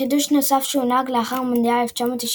חידוש נוסף שהונהג לאחר מונדיאל 1990,